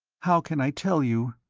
how can i tell you?